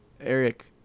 Eric